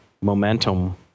momentum